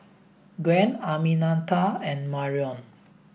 Gwen Arminta and Marrion